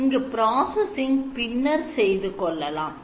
இங்கு processing பின்னர் செய்து கொள்ளலாம்